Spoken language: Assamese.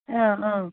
অঁ অঁ